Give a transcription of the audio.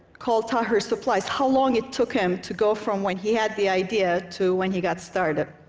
called tahrir supplies, how long it took him to go from when he had the idea to when he got started.